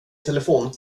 telefon